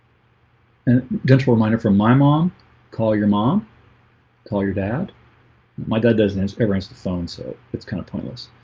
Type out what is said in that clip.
and gentle reminder from my mom call your mom call your dad my dad doesn't his parents the phone. so it's kind of pointless.